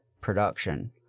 production